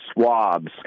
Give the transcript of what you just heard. swabs